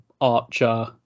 archer